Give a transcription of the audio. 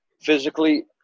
physically